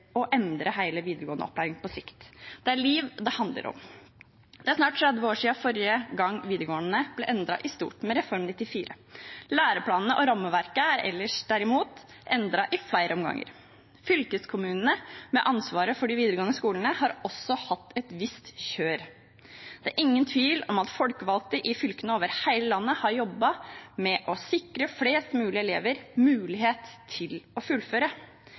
å endre hele den videregående opplæringen på sikt. Det er liv det handler om. Det er snart 30 år siden forrige gang videregående ble endret i stort, med Reform 94. Læreplanene og rammeverket ellers er derimot endret i flere omganger. Fylkeskommunene med ansvaret for de videregående skolene har også hatt et visst kjør. Det er ingen tvil om at folkevalgte i fylkene over hele landet har jobbet med å sikre flest mulig elever mulighet til å fullføre.